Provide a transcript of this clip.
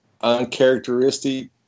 uncharacteristic